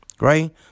right